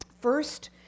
First